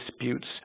disputes